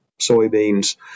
soybeans